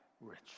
rich